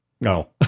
No